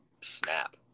snap